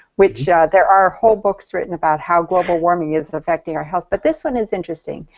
which there are whole books written about how global warming is affecting our health, but this one is interesting.